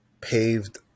paved